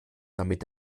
damit